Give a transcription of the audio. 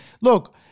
look